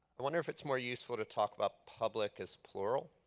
i wonder if it's more useful to talk about public as plural.